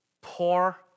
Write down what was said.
poor